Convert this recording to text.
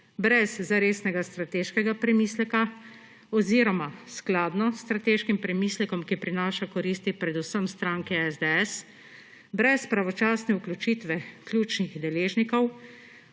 brez zaresnega strateškega premisleka oziroma skladno s strateškim premislekom, ki prinaša koristi predvsem stranki SDS, brez pravočasne vključitve ključnih deležnikov,